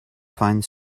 find